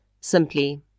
simply